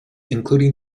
including